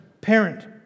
parent